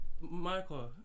Michael